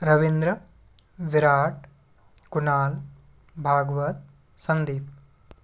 Ravindra Virat Kunal Bhagwat Sandeep